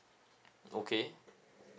okay